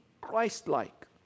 Christ-like